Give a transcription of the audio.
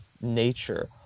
nature